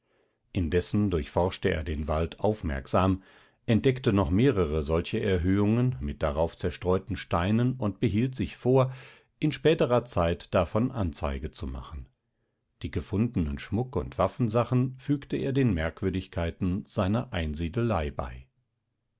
indessen durchforschte er den wald aufmerksam entdeckte noch mehrere solche erhöhungen mit darauf zerstreuten steinen und behielt sich vor in späterer zeit davon anzeige zu machen die gefundenen schmuck und waffensachen fügte er den merkwürdigkeiten seiner einsiedelei bei